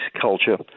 culture